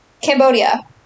Cambodia